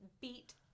beat